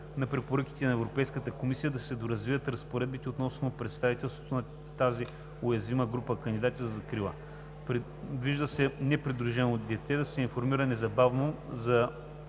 на препоръките на Европейската комисия да се доразвият разпоредбите относно представителството на тази уязвима група кандидати за закрила. Предвижда се непридруженото дете да се информира незабавно за